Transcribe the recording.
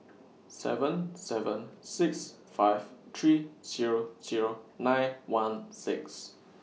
seven seven six five three Zero Zero nine one six